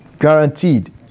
guaranteed